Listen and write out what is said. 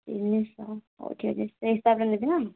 ତିନିଶହ ହଉ ଠିକ୍ ଅଛି ସେଇ ହିସାବରେ ନେବେନା